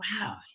wow